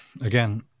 again